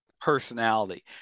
personality